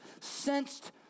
sensed